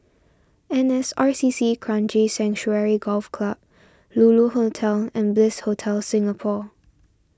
N S R C C Kranji Sanctuary Golf Club Lulu Hotel and Bliss Hotel Singapore